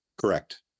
Correct